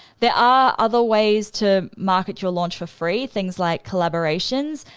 there are other ways to market your launch for free, things like collaborations.